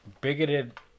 bigoted